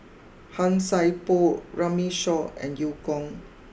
Han Sai Por Runme Shaw and Eu Kong